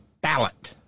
ballot